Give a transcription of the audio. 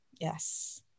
yes